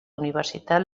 universitat